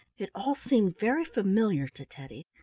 it all seemed very familiar to teddy,